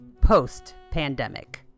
post-pandemic